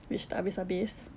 which tak habis-habis